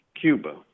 Cuba